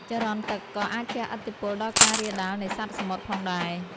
ចរន្តទឹកក៏អាចជះឥទ្ធិពលដល់ការរាលដាលនៃសត្វសមុទ្រផងដែរ។